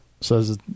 says